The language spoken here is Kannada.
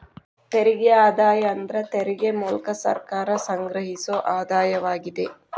ತೆರಿಗೆ ಆದಾಯ ಅಂದ್ರ ತೆರಿಗೆ ಮೂಲ್ಕ ಸರ್ಕಾರ ಸಂಗ್ರಹಿಸೊ ಆದಾಯವಾಗಿದೆ